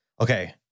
okay